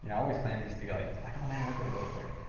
you know always plan these to go like, like oh man, i'll go really quick.